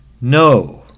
No